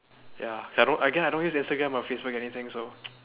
ya k again I don't use Instagram or Facebook or anything so